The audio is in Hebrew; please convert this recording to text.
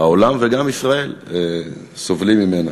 העולם וגם מתושבי ישראל סובלים ממנו.